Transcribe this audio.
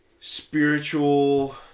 spiritual